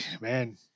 Man